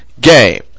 game